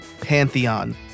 Pantheon